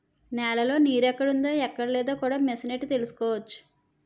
నేలలో నీరెక్కడుందో ఎక్కడలేదో కూడా మిసనెట్టి తెలుసుకోవచ్చు